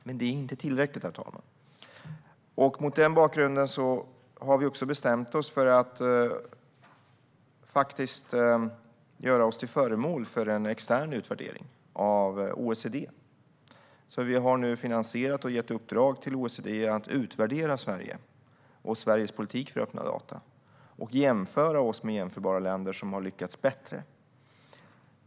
Det är dock inte tillräckligt, herr talman, och därför har vi också bestämt oss för att göra oss till föremål för en extern utvärdering av OECD. Vi har nu finansierat och gett i uppdrag till OECD att utvärdera Sverige och Sveriges politik för öppna data och jämföra oss med jämförbara länder som har lyckats bättre.